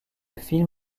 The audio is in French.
film